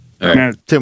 Tim